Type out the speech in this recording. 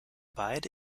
beide